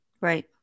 Right